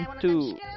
two